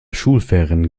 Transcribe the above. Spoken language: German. schulferien